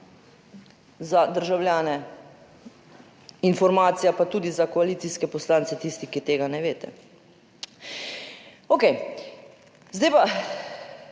za državljane informacija pa tudi za koalicijske poslance, tisti, ki tega ne veste. Okej, zdaj pa,